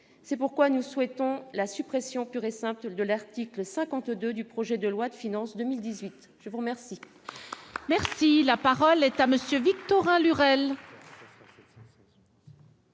C'est pourquoi nous souhaitons la suppression pure et simple de l'article 52 du projet de loi de finances pour 2018.